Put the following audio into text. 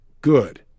Good